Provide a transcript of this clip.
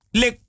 le